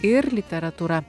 ir literatūra